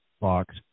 box